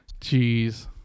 jeez